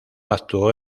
actuó